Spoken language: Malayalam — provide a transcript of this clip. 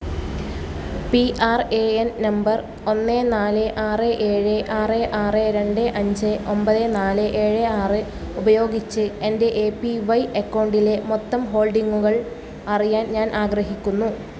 P R A N number ഒന്ന് നാല് ആറ് ഏഴ് ആറ് ആറ് രണ്ട് അഞ്ച് ഒമ്പത് നാല് ഏഴ് ആറ് ഉപയോഗിച്ച് എന്റെ എ പി വൈ അക്കൗണ്ടിലെ മൊത്തം ഹോൾഡിംഗുകൾ അറിയാൻ ഞാൻ ആഗ്രഹിക്കുന്നു